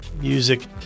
music